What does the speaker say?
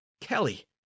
Kelly